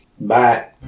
Bye